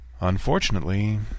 Unfortunately